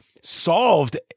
solved